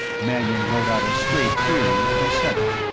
mannion wrote out a straight query, and sent it.